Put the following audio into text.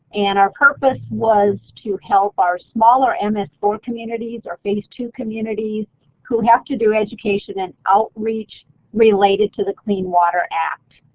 and our purpose was to help our smaller m s four communities or phase two communities who have to do education and outreach related to the clean water act.